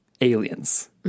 Aliens